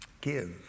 Give